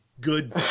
good